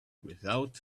without